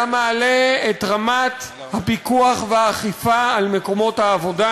מעלה את רמת הפיקוח והאכיפה על מקומות העבודה,